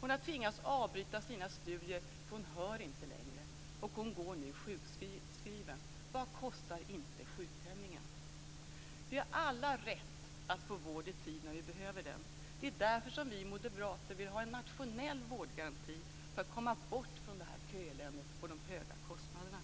Hon har tvingats avbryta sina studier eftersom hon inte längre hör. Hon går nu sjukskriven. Vad kostar inte sjukpenningen? Vi har alla rätt att få vård i tid när vi behöver den. Det är därför som vi moderater vill ha en nationell vårdgaranti för att komma bort från köeländet och de höga kostnaderna.